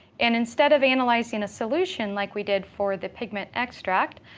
and instead of analyzing a solution like we did for the pigment extract,